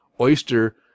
Oyster